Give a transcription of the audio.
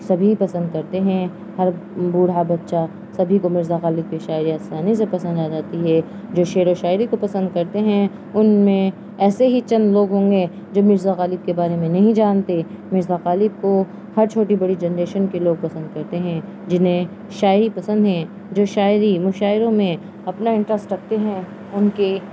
سبھی پسند کرتے ہیں ہر بوڑھا بچہ سبھی کو مرزا غالب کی شاعری آسانی سے پسند آ جاتی ہے جو شعر و شاعری کو پسند کرتے ہیں ان میں ایسے ہی چند لوگ ہوں گے جو مرزا غالب کے بارے میں نہیں جانتے مرزا غالب کو ہر چھوٹی بڑی جنریشن کے لوگ پسند کرتے ہیں جنہیں شاعری پسند ہیں جو شاعری مشاعروں میں اپنا انٹرسٹ رکھتے ہیں ان کے